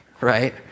Right